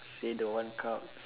say don't want carbs